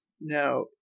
Now